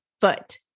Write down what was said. foot